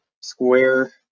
square